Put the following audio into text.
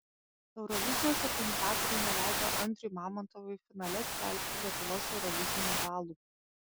eurovizijos organizatoriai neleido andriui mamontovui finale skelbti lietuvos eurovizinių balų